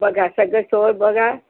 बघा सगळं सोय बघा